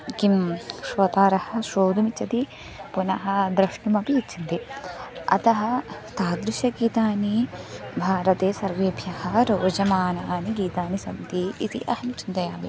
किं श्रोतारः श्रोतुमिच्छन्ति पुनः द्रष्टुमपि इच्छन्ति अतः तादृशगीतानि भारते सर्वेभ्यः रोचमानानि गीतानि सन्ति इति अहं चिन्तयामि